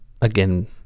again